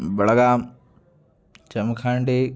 Belgaum Jamkhandi